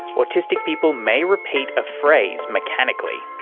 autistic people may repeat a phrase mechanically.